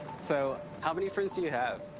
so, how many friends do you have?